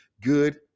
good